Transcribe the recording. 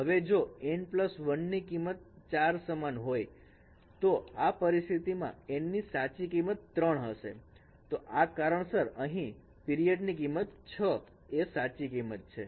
હવે જો N1 ની કિંમત 4 સમાન હોય તો આ પરિસ્થિતિમાં N સાચી કિંમત 3 હશે તો આ જ કારણસર અહીં પીરીયડ ની કિંમત 6 એ સાચી કિમત છે